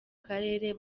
karere